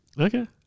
Okay